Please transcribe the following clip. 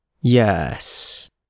Yes